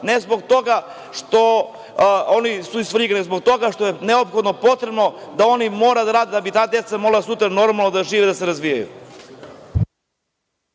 ne zbog toga što oni su iz Svrljiga, nego zbog toga što je neophodno potrebno da oni moraju da rade da bi ta deca mogla sutra normalno da žive i da se razvijaju.